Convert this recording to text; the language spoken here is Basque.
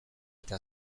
eta